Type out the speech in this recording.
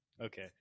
Okay